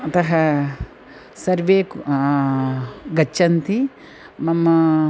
अतः सर्वे कु गच्छन्ति मम